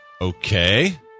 Okay